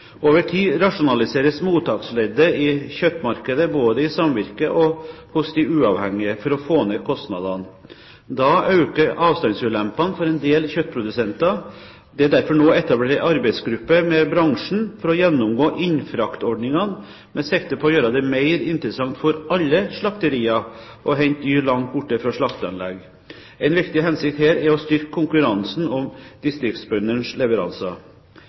Over tid rasjonaliseres mottaksleddet i kjøttmarkedet, både i samvirket og hos de uavhengige, for å få ned kostnadene. Da øker avstandsulempene for en del kjøttprodusenter. Derfor er det nå etablert en arbeidsgruppe med bransjen for å gjennomgå innfraktordningene, med sikte på å gjøre det mer interessant for alle slakterier å hente dyr langt borte fra slakteanlegg. En viktig hensikt her er å styrke konkurransen om distriktsbøndenes leveranser.